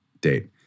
date